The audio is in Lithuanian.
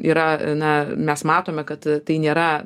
yra na mes matome kad tai nėra